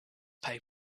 pay